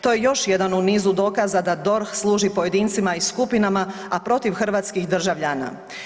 To je još jedan u nizu dokaza da DORH služi pojedincima i skupinama a protiv hrvatskih državljana.